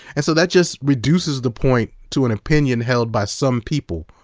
and so that just reduces the point to an opinion held by some people,